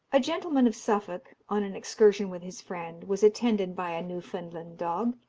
a gentleman of suffolk, on an excursion with his friend, was attended by a newfoundland dog,